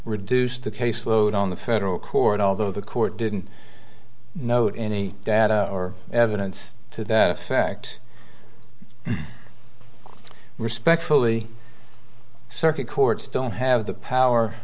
reduce the caseload on the federal court although the court didn't note any data or evidence to that effect respectfully circuit courts don't have the power